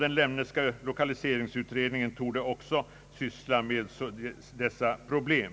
Den Lemneska lokaliseringsutredningen iorde också syssla med dessa problem.